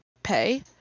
pay